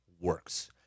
works